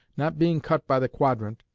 not being cut by the quadrant,